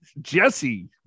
Jesse